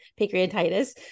pancreatitis